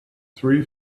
three